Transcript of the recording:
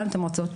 לאן אתן רצות?